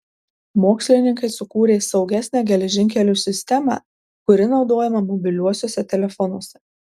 mokslininkai sukūrė saugesnę geležinkelių sistemą kuri naudojama mobiliuosiuose telefonuose